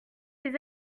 des